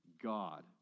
God